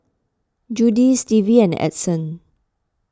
Judie Stevie and Edson